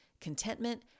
contentment